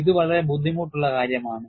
ഇത് വളരെ ബുദ്ധിമുട്ടുള്ള കാര്യമാണ്